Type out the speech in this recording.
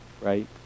Right